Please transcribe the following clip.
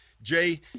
Jay